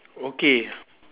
okay